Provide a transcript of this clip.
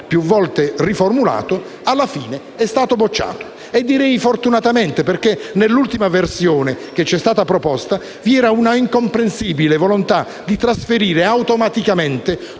più volte riformulato, alla fine è stato respinto e direi fortunatamente, perché nell'ultima versione che ci era stata proposta vi era una incomprensibile volontà di trasferire automaticamente